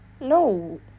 no